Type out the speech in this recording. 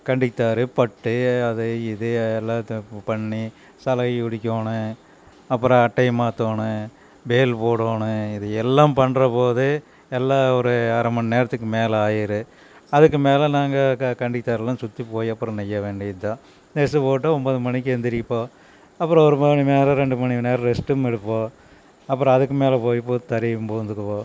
கண்டித்தாரு பட்டு அதை இத எல்லாத்தையும் பண்ணி சலவையை பிடிக்கோணும் அப்பறம் அட்டையை மாத்தணும் வேல் போடணும் இது எல்லாம் பண்ணுறபோது எல்லா ஒரு அரை மணி நேரத்துக்கு மேலே ஆயிடும் அதுக்கு மேலே நாங்கள் க கண்டித்தார்லாம் சுற்றி போய் அப்பறம் நெய்ய வேண்டியது தான் நெசவு போட்டால் ஒன்பது மணிக்கு எந்திரிப்போம் அப்பறம் ஒரு மணிக்கு மேலே ரெண்டு மணி நேரம் ரெஸ்ட்டும் எடுப்போம் அப்பறம் அதுக்கு மேலே போய் போ தறியும் போந்துக்குவோம்